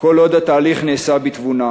כל עוד התהליך נעשה בתבונה.